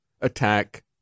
attack